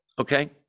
Okay